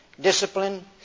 discipline